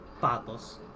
Patos